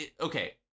Okay